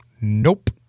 Nope